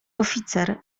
oficer